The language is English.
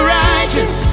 righteous